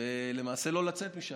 ולמעשה לא לצאת משם.